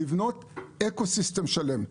לבנות אקוסיסטם שלם.